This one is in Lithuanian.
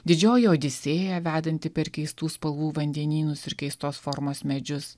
didžioji odisėja vedanti per keistų spalvų vandenynus ir keistos formos medžius